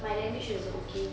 my language was okay